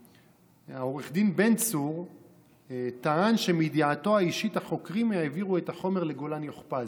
עו"ד בן צור טען שמידיעתו האישית החוקרים העבירו את החומר לגולן יוכפז.